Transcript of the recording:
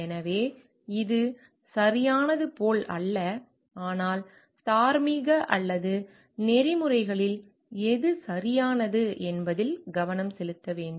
எனவே இது சரியானது போல் அல்ல ஆனால் தார்மீக அல்லது நெறிமுறையில் எது சரியானது என்பதில் கவனம் செலுத்த வேண்டும்